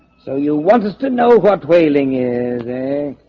so you want us to know what whaling is? a